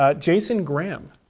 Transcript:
ah jason gram.